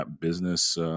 business